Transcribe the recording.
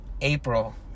April